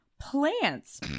Plants